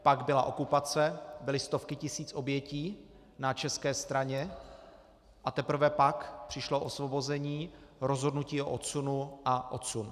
Pak byla okupace, byly stovky tisíc obětí na české straně, a teprve pak přišlo osvobození, rozhodnutí o odsunu a odsun.